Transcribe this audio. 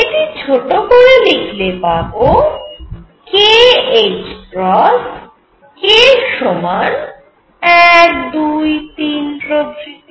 এটি ছোট করে লিখলে পাবো kℏ k সমান 1 2 3 প্রভৃতি